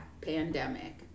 pandemic